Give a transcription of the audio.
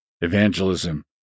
Evangelism